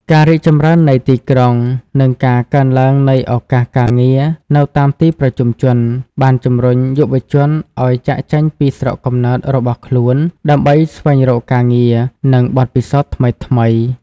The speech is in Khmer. ការរីកចម្រើននៃទីក្រុង និងការកើនឡើងនៃឱកាសការងារនៅតាមទីប្រជុំជន បានជំរុញយុវជនឱ្យចាកចេញពីស្រុកកំណើតរបស់ខ្លួន ដើម្បីស្វែងរកការងារ និងបទពិសោធន៍ថ្មីៗ។